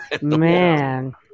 Man